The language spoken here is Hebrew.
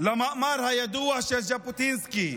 למאמר הידוע של ז'בוטינסקי,